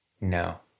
no